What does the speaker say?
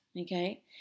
Okay